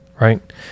right